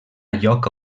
lloc